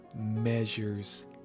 measures